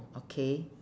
okay